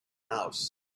house